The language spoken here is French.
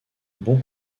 bon